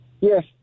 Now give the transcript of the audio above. Yes